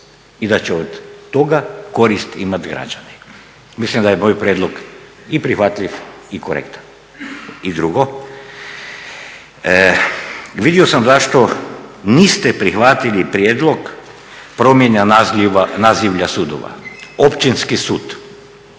i da će od toga korist imati građani. Mislim da je moj prijedlog i prihvatljiv i korektan. I drugo, vidio sam zašto niste prihvatili prijedlog promjena nazivlja sudova. Općinski sud